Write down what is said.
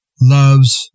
loves